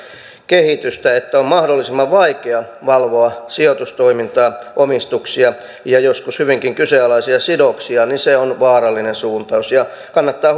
kehitystä että on mahdollisimman vaikea valvoa sijoitustoimintaa omistuksia ja joskus hyvinkin kyseenalaisia sidoksia niin se on vaarallinen suuntaus kannattaa